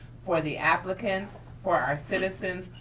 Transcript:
for the applicants, for our citizens,